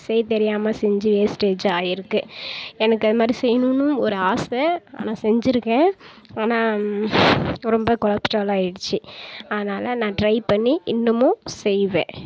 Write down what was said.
செய்யத் தெரியாமல் செஞ்சு வேஸ்ட்டேஜ் ஆகியிருக்கு எனக்கு அது மாதிரி செய்ணும்னும் ஒரு ஆசை ஆனால் செஞ்சுருக்கேன் ஆனால் ரொம்ப கொலஸ்ட்ரால் ஆகிடிச்சி அதனால் நான் டிரை பண்ணி இன்னமும் செய்வேன்